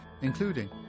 including